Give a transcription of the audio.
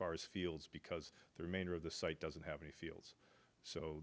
far as fields because the remainder of the site doesn't have any fields so